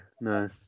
no